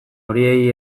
horiei